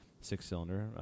six-cylinder